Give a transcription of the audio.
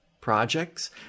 projects